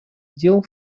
дел